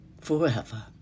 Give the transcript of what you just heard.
forever